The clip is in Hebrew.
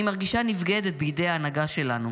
אני מרגישה נבגדת בידי ההנהגה שלנו.